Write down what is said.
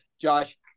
Josh